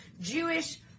Jewish